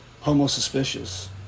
homo-suspicious